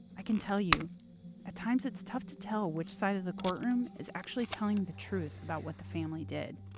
i can tell you at times it's tough to tell which side of the courtroom is actually telling the truth about what the family did.